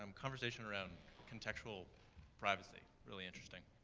um conversation around contextual privacy really interesting.